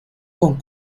con